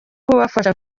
kubafasha